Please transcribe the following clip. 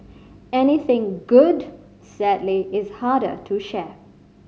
anything good sadly is harder to share